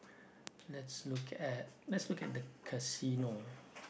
let's look at let's look at the casino